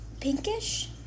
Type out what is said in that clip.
pinkish